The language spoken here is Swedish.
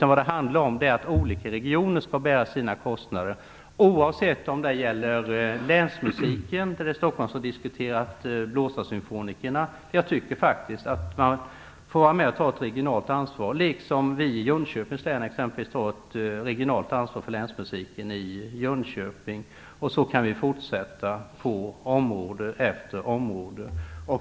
Vad det handlar om är att olika regioner skall bära sina kostnader, oavsett om det gäller Länsmusiken eller, när det gäller Stockholm, Blåsarsymfonikerna. Jag tycker faktiskt att man måste vara med och ta ett regionalt ansvar liksom vi i Jönköpings län t.ex. tar ett regionalt ansvar för Länsmusiken i Jönköping. Så kan vi fortsätta på område efter område.